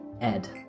Ed